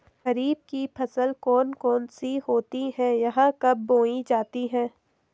खरीफ की फसल कौन कौन सी होती हैं यह कब बोई जाती हैं?